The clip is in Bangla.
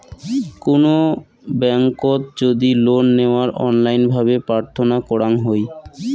কুনো ব্যাংকোত যদি লোন নেওয়ার অনলাইন ভাবে প্রার্থনা করাঙ হই